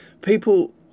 people